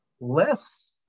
less